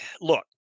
look